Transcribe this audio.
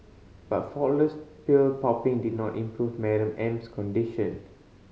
but faultless pill popping did not improve Madam M's condition